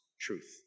truth